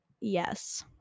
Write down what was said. Yes